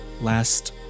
Last